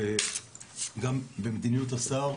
גם במדיניות השר,